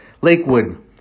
Lakewood